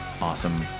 awesome